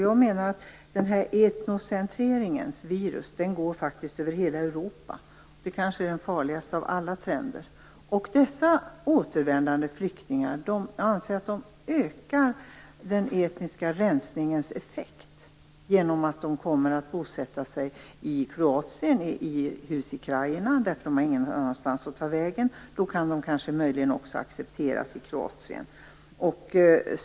Jag menar att detta etnocentreringens virus går över hela Europa. Det kanske är den farligaste av alla trender. Jag anser att dessa återvändande flyktingar ökar den etniska rensningens effekt genom att de kommer att bosätta sig i Kroatien, i hus i Krajina, eftersom de inte har någon annanstans att ta vägen. Då kan de kanske också accepteras i Kroatien.